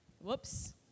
whoops